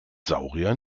saurier